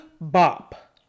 bop